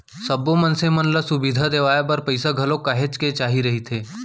सब्बो मनसे मन ल सुबिधा देवाय बर पइसा घलोक काहेच के चाही रहिथे